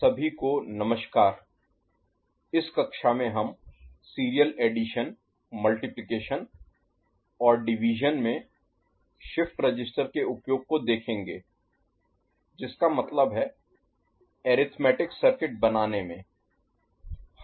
सभी को नमस्कार इस कक्षा में हम सीरियल एडिशन मल्टिप्लिकेशन Multiplication गुणा और डिवीज़न में शिफ्ट रजिस्टर के उपयोग को देखेंगे जिसका मतलब है अरिथमेटिक Arithmetic अंकगणित सर्किट बनाने में